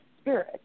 spirit